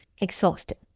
exhausted